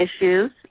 issues